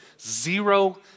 zero